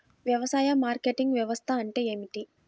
వ్యవసాయ మార్కెటింగ్ వ్యవస్థ అంటే ఏమిటి?